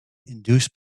induced